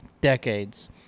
decades